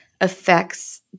affects